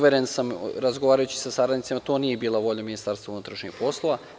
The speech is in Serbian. Uveren sam razgovarajući sa saradnicima da to nije bila volja Ministarstva unutrašnjih poslova.